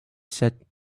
said